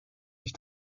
sich